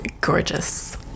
gorgeous